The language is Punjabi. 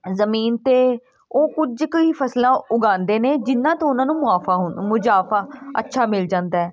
ਜ਼ਮੀਨ 'ਤੇ ਉਹ ਕੁਝ ਕੁ ਹੀ ਫਸਲਾਂ ਉਗਾਉਂਦੇ ਨੇ ਜਿਨ੍ਹਾਂ ਤੋਂ ਉਹਨਾਂ ਨੂੰ ਮੁਆਫਾ ਮੁਨਾਫਾ ਅੱਛਾ ਮਿਲ ਜਾਂਦਾ